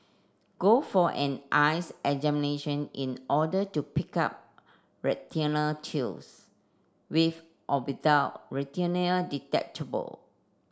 go for an eyes examination in order to pick up retinal tears with or without retinal detachment